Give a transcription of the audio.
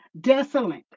desolate